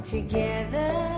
Together